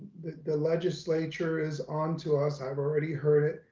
the the legislature is onto us i've already heard it.